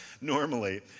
normally